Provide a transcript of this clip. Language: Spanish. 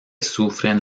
sufren